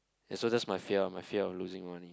ya so just my fear my fear of losing only